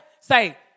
Say